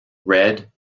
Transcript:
red